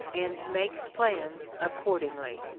and makes plans accordingly.